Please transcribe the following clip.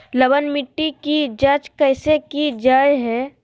लवन मिट्टी की जच कैसे की जय है?